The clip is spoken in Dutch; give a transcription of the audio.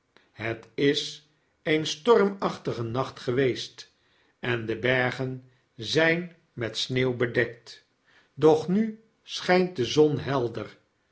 het is een stormachlige nacht geweest en de bergen zyn met sneeuw bedekt doch nu schynt de zon helder